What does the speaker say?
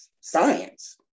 science